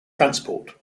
transport